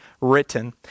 written